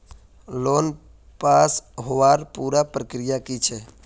Loan pass होबार पुरा प्रक्रिया की छे?